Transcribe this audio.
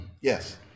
yes